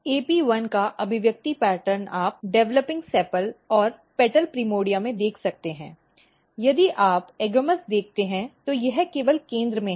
AP1 का अभिव्यक्ति pattern आप डेवलपिंग सेपाल और पंखुड़ी प्राइमोर्डिया में देख सकते हैं यदि आप AGAMOUS देखते हैं तो यह केवल केंद्र में है